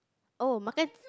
oh makan